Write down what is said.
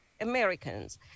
Americans